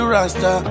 Rasta